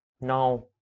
now